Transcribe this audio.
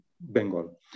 Bengal